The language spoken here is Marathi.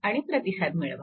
आणि प्रतिसाद मिळवा